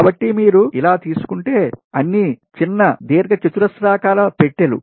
కాబట్టి మీరు ఇలా తీసుకుంటే అన్నీ చిన్న దీర్ఘచతురస్రాకార పెట్టెలు